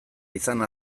izan